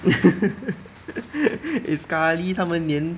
eh sekali 他们连